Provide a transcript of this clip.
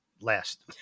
last